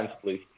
please